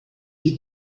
you